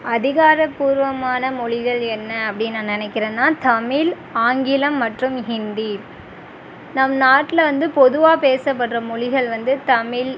அதிகாரப்பூர்வமான மொழிகள் என்ன அப்படி நான் நினைக்கிறேன்னா தமிழ் ஆங்கிலம் மற்றும் ஹிந்தி நம் நாட்டில் வந்து பொதுவாக பேசப்படுற மொழிகள் வந்து தமிழ்